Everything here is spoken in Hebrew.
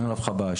אין עליו חב"ש,